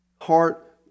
heart